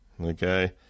Okay